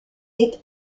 est